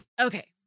Okay